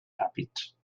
ràpids